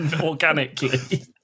organically